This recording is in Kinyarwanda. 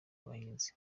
abahinzi